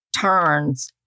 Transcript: turns